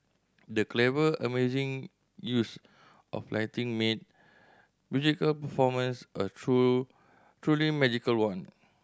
the clever amazing use of lighting made musical performance a true truly magical one